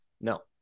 No